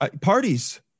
parties